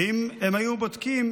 ואם הם היו בודקים